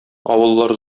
авыллар